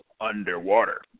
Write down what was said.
underwater